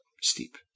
steep